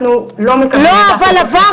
אנחנו לא מקבלים את ההחלטות --- אבל האירוע